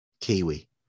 Kiwi